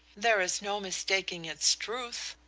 there is no mistaking its truth,